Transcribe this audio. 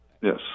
Yes